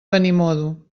benimodo